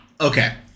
okay